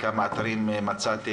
כמה אתרים מצאתם,